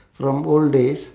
from old days